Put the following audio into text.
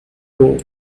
wall